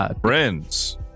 friends